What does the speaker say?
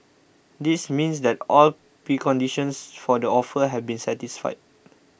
this means that all preconditions for the offer have been satisfied